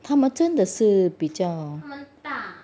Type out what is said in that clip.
他们真的是比较